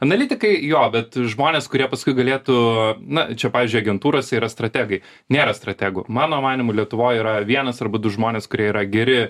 analitikai jo bet žmonės kurie paskui galėtų na čia pavyzdžiui agentūros yra strategai nėra strategų mano manymu lietuvoj yra vienas arba du žmonės kurie yra geri